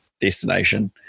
destination